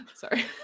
sorry